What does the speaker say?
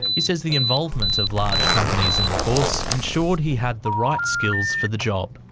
he says the involvement of large companies in the course ensured he had the right skills for the job.